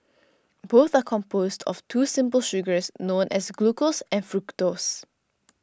both are composed of two simple sugars known as glucose and fructose